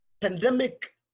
pandemic